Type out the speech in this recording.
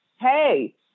hey